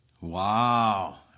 Wow